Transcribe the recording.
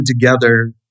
together